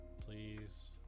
Please